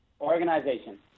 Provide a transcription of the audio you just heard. Organization